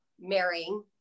marrying